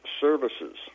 services